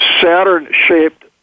Saturn-shaped